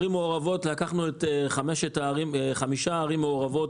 לקחנו את חמש ערים מעורבות.